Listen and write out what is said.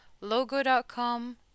logo.com